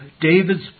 David's